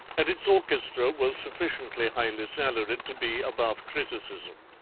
and its orchestra was sufficiently highly salaried to be above criticism.